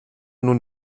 nun